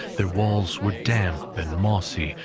their walls were damp and mossy,